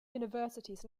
universities